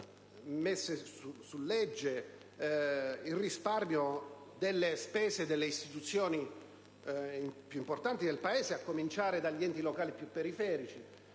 in legge il risparmio delle spese delle istituzioni più importanti del Paese, a cominciare dagli enti locali periferici